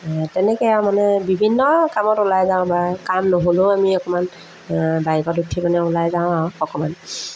তেনেকৈ আৰু মানে বিভিন্ন কামত ওলাই যাওঁ বা কাম নহ'লেও আমি অকণমান বাইকত উঠি পিনে ওলাই যাওঁ আৰু অকণমান